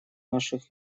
наших